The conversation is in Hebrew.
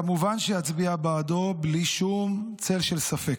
כמובן שאצביע בעדו בלי שום צל של ספק.